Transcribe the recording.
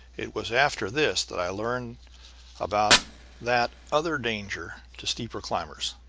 it was after this that i learned about that other danger to steeple-climbers,